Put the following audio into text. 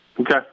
Okay